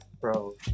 Bro